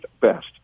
best